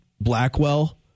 Blackwell